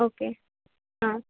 okay हां